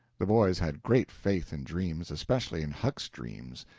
the boys had great faith in dreams, especially in huck's dreams.